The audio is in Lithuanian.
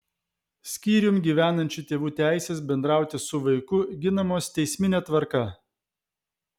skyrium gyvenančių tėvų teisės bendrauti su vaiku ginamos teismine tvarka